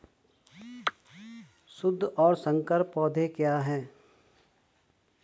शुद्ध और संकर पौधे क्या हैं?